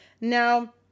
Now